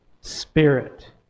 Spirit